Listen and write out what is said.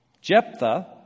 Jephthah